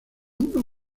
uno